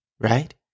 right